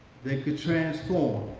they could transform